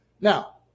Now